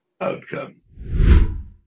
outcome